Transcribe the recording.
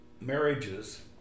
marriages